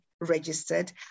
registered